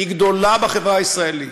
בחברה הישראלית,